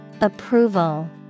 Approval